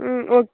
ம் ஓக்